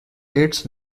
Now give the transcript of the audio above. its